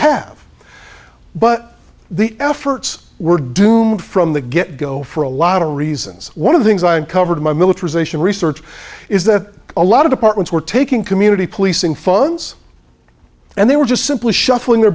have but the efforts were doomed from the get go for a lot of reasons one of the things i covered my militarization research is that a lot of departments were taking community policing funds and they were just simply shuffling their